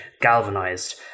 galvanized